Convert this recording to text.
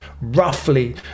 Roughly